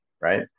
right